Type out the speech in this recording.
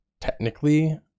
technically